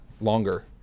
longer